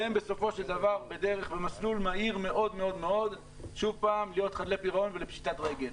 והם בסופו של דבר במסלול מהיר מאוד מאוד להיות חדלי פירעון ולפשיטת רגל.